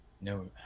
No